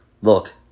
Look